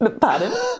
Pardon